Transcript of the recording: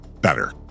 better